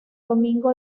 domingo